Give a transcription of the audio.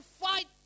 fight